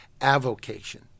avocation